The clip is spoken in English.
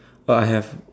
oh I have